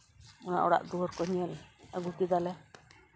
ᱚᱱᱟ ᱚᱲᱟᱜ ᱫᱩᱣᱟᱹᱨ ᱠᱚ ᱧᱮᱞ ᱟᱹᱜᱩ ᱠᱮᱫᱟᱞᱮ